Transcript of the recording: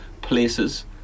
places